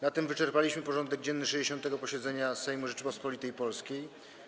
Na tym wyczerpaliśmy porządek dzienny 60. posiedzenia Sejmu Rzeczypospolitej Polskiej.